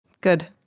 Good